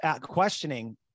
questioning